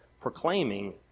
proclaiming